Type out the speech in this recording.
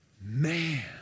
Man